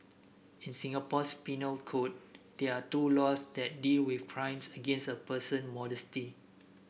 in Singapore's penal code there are two laws that deal with crimes against a person modesty